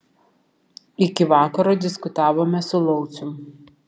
iki vakaro diskutavome su laucium